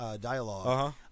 dialogue